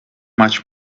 much